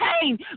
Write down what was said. pain